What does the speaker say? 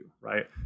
right